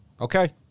Okay